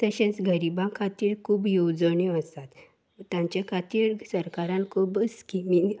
तशेंच गरिबां खातीर खूब येवजण्यो आसात तांचे खातीर सरकारान खूब स्किमी